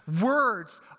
Words